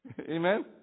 amen